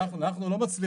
אני לא מסכים איתך.